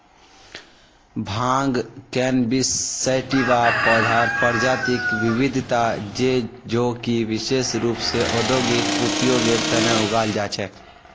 भांग cannabis sativa पौधार प्रजातिक विविधता छे जो कि विशेष रूप स औद्योगिक उपयोगेर तना उगाल जा छे